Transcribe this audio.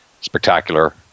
spectacular